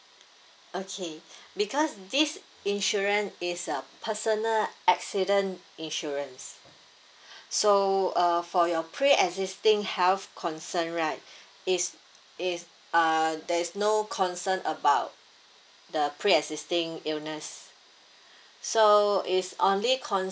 okay because this insurance is a personal accident insurance so uh for your pre existing health concern right is is uh there is no concern about the pre existing illness so its only con~